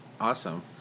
Awesome